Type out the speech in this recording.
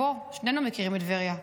בוא, שנינו מכירים את טבריה.